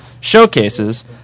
showcases